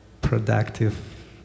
productive